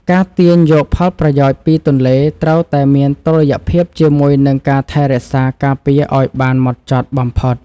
ការទាញយកផលប្រយោជន៍ពីទន្លេត្រូវតែមានតុល្យភាពជាមួយនឹងការថែរក្សាការពារឱ្យបានម៉ត់ចត់បំផុត។